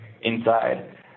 inside